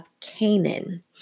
Canaan